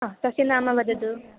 हा तस्य नाम वदतु